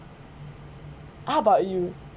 how about you